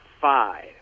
five